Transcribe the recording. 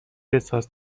بساز